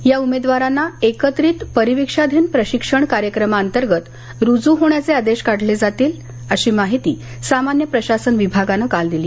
या उमेदवारांना एकत्रित परीविक्षाधीन प्रशिक्षण कार्यक्रमाअंतर्गत रुजू होण्याचे आदेश काढले जातील अशी माहिती सामान्य प्रशासन विभागानं काल दिली